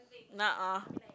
not uh